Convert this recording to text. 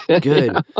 Good